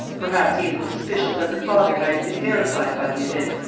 perhaps even the suspicions of her father might have been verified by the event,